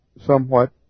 somewhat